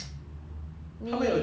他们有教的 meh